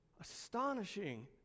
astonishing